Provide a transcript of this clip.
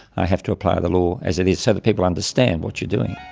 i have to apply the law as it is so that people understand what you're doing.